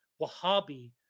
Wahhabi